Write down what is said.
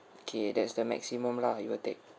okay that's the maximum lah it will take